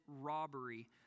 robbery